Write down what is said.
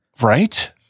Right